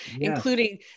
including